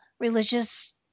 religious